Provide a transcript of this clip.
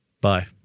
Bye